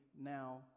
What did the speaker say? now